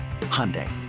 Hyundai